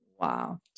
Wow